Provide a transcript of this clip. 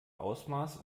ausmaß